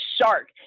shark